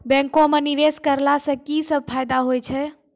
बैंको माई निवेश कराला से की सब फ़ायदा हो छै?